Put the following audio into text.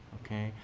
okay.